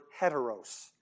heteros